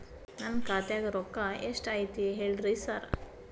ನನ್ ಖಾತ್ಯಾಗ ರೊಕ್ಕಾ ಎಷ್ಟ್ ಐತಿ ಹೇಳ್ರಿ ಸಾರ್?